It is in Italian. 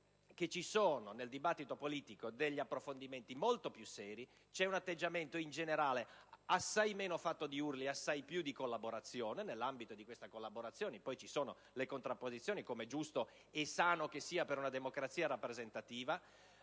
che il dibattito politico è fatto di approfondimenti molto più seri: c'è un atteggiamento, in generale, assai meno fatto di urla e assai più di collaborazioni, nell'ambito delle quali ci sono le contrapposizioni, com'è giusto e sano che sia per una democrazia rappresentativa.